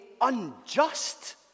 unjust